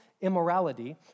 immorality